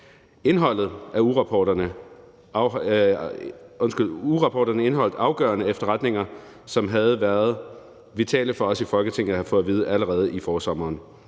Ugerapporterne indeholdt afgørende efterretninger, som havde været vitale for os i Folketinget at have fået at vide allerede i forsommeren.